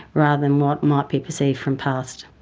rather than what might be perceived from past.